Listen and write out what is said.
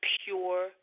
pure